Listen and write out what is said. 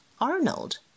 Arnold